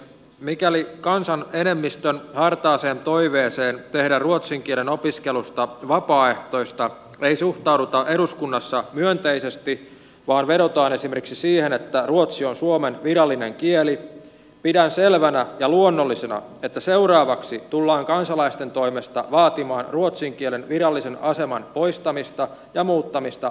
mikäli kansan enemmistön hartaaseen toiveeseen tehdä ruotsin kielen opiskelusta vapaaehtoista ei suhtauduta eduskunnassa myönteisesti vaan vedotaan esimerkiksi siihen että ruotsi on suomen virallinen kieli pidän selvänä ja luonnollisena että seuraavaksi tullaan kansalaisten toimesta vaatimaan ruotsin kielen virallisen aseman poistamista ja muuttamista vähemmistökielen asemaan